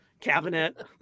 cabinet